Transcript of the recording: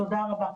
תודה רבה.